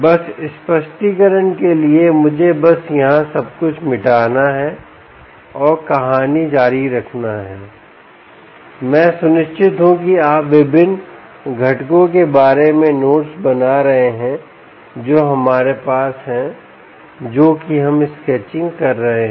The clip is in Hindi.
बस स्पष्टीकरण के लिए मुझे बस यहाँ सब कुछ मिटाना है और कहानी जारी रखना है मैं सुनिश्चित हूँ कि आप विभिन्न घटकों के बारे में नोट्स बना रहे हैं जो हमारे पास हैं जो कि हम स्केचिंग कर रहे हैं